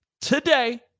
today